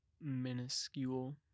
minuscule